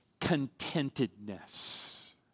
contentedness